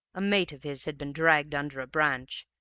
a mate of his had been dragged under a branch,